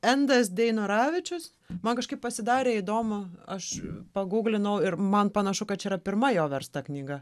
endas deinoravičius man kažkaip pasidarė įdomu aš paguglinau ir man panašu kad čia yra pirma jo versta knyga